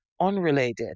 unrelated